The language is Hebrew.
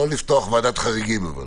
ולא לפתוח ועדת חריגים.